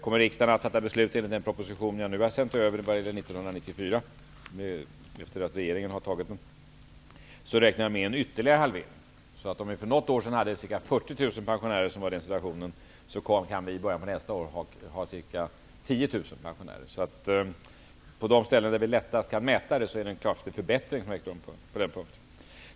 Om riksdagen fattar beslut i enlighet med den proposition jag nu har sänt över, räknar jag med en ytterligare halvering. Om det för något år sedan fanns ca 40 000 pensionärer i den situationen, kan det i början på nästa år finnas 10 000. På de ställen där vi lättast kan mäta det har det ägt rum en klar förbättring på den punkten.